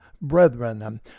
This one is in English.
brethren